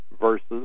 versus